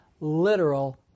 literal